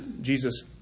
Jesus